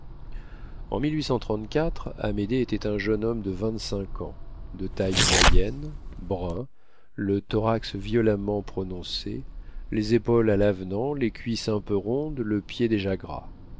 en amédée était un jeune homme de vingt-cinq ans de taille moyenne brun le thorax violemment prononcé les épaules à l'avenant les cuisses un peu rondes le pied déjà gras